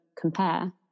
compare